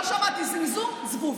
לא שמעתי זמזום זבוב.